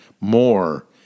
more